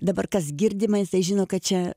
dabar kas girdimais tai žino kad čia